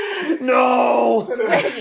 No